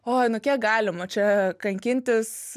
oj nu kiek galima čia kankintis